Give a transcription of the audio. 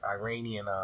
Iranian